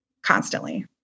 constantly